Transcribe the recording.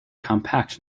compact